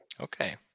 Okay